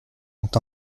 ont